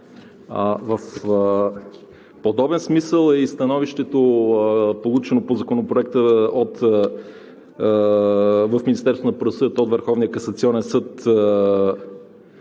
В подобен смисъл е и становището, получено по Законопроекта в